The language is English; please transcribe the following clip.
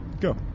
Go